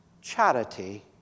charity